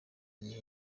gihe